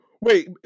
Wait